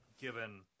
given